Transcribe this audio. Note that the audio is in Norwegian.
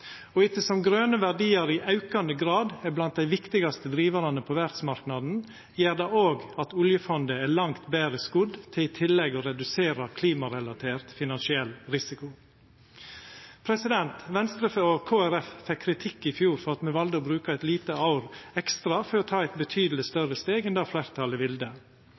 grøne verdiar i aukande grad er blant dei viktigaste drivarane på verdsmarknaden, gjer det òg at oljefondet er langt betre skodd til i tillegg å redusera klimarelatert finansiell risiko. Venstre og Kristeleg Folkeparti fekk kritikk i fjor for at me valde å bruka eit lite år ekstra for å ta eit betydeleg større steg enn det fleirtalet